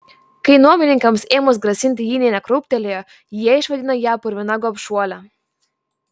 kai nuomininkams ėmus grasinti ji nė nekrūptelėjo jie išvadino ją purvina gobšuole